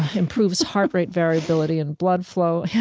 improves heart rate variability and blood flow.